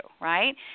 right